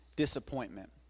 Disappointment